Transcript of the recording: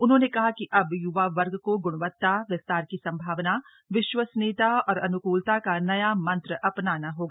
उन्होंने कहा कि अब य्वा वर्ग को ग्णवत्ता विस्तार की संभावना विश्वसनीयता और अन्कूलता का नया मंत्र अपनाना होगा